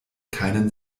keinen